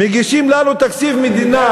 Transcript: מגישים לנו תקציב מדינה,